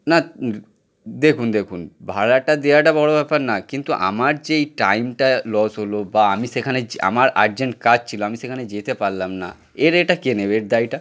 না দেখুন দেখুন ভাড়াটা দেওয়াটা বড় ব্যাপার না কিন্তু আমার যে এই টাইমটা লস হলো বা আমি সেখানে যে আমার আরজেন্ট কাজ ছিল আমি সেখানে যেতে পারলাম না এর এটা কে নেবে এর দায়টা